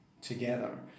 together